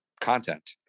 content